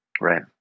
Right